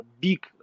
big